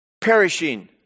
perishing